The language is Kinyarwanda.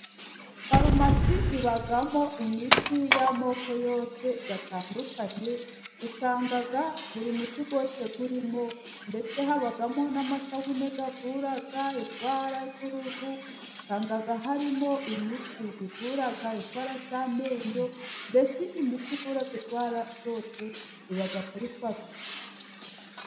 Farumasi ibamo imiti y'amoko yose atandukanye. usanga buri muti wose uba urimo, ndetse habamo n'amasabune avura indwara z'uruhu. Usanga harimo imiti ivura indwara z'amenyo, mbese imiti ivura indwara zose iba muri farumasi.